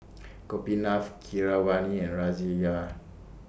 Gopinath Keeravani and Razia